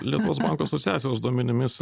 lietuvos bankų asociacijos duomenimis